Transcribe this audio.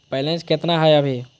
Balance केतना हय अभी?